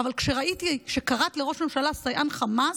אבל כשראיתי שקראת לראש הממשלה "סייען חמאס"